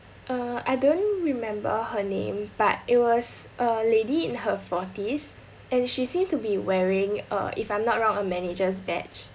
uh I don't remember her name but it was a lady in her forties and she seemed to be wearing uh if I'm not wrong a managers batch